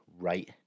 right